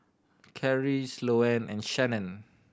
Karri Sloane and Shanon